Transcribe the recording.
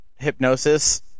Hypnosis